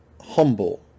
humble